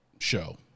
show